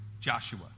Joshua